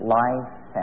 life